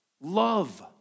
love